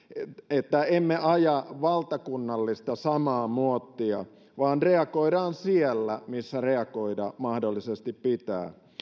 että emme aja valtakunnallisesti samaa muottia vaan reagoimme siellä missä reagoida mahdollisesti pitää